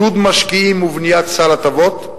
עידוד משקיעים ובניית סל הטבות,